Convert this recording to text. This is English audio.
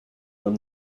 from